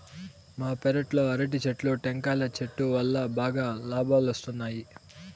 మా పెరట్లో అరటి చెట్లు, టెంకాయల చెట్టు వల్లా బాగా లాబాలొస్తున్నాయి